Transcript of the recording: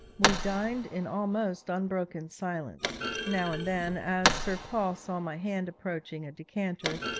we dined in almost unbroken silence now and then, as sir paul saw my hand approaching a decanter,